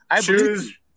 Choose